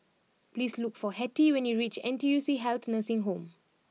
please look for Hetty when you reach N T U C Health Nursing Home